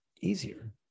easier